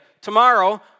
tomorrow